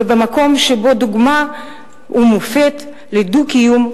ומקום של דוגמה ומופת לדו-קיום,